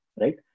right